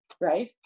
right